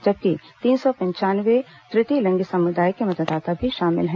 जबकि तीन सौ पंचानवे तृतीय लिंग समुदाय के मतदाता भी शामिल हैं